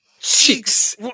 Cheeks